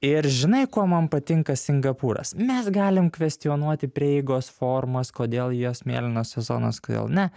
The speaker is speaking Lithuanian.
ir žinai kuo man patinka singapūras mes galim kvestionuoti prieigos formas kodėl jos mėlynosios sezonos kodėl ne